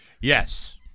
Yes